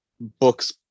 books